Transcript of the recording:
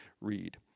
read